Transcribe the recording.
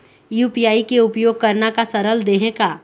UPI के उपयोग करना का सरल देहें का?